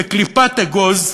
בקליפת אגוז,